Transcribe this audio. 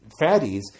Fatties